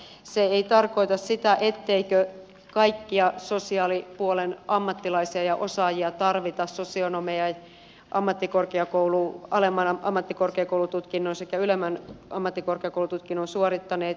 se ei tarkoita sitä etteikö kaikkia sosiaalipuolen am mattilaisia ja osaajia tarvita sosionomeja alemman ammattikorkeakoulututkinnon sekä ylemmän ammattikorkeakoulututkinnon suorittaneita